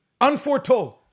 unforetold